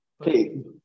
Okay